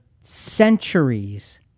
centuries